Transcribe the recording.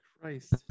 Christ